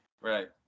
Right